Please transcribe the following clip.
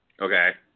Okay